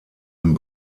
den